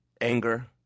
Anger